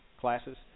classes